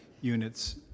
units